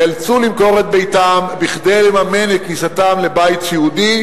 נאלצו למכור את ביתם כדי לממן את כניסתם לבית סיעודי